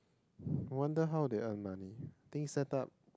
wonder how they earn money thing set up